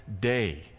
day